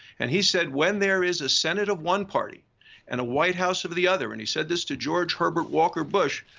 and he said when there is a senate of one party and a white house of the other and he said this to george herbert walker bush,